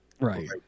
right